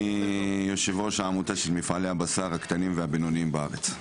אני יושב-ראש העמותה של מפעלי הבשר הקטנים והבינוניים בארץ.